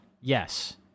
Yes